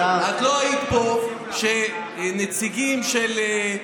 את לא היית פה כשנציגים של,